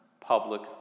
public